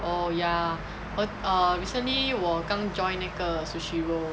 oh ya err recently 我刚 join 那个 sushi roll